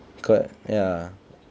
correct ya